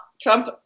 Trump